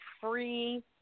free